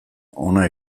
hona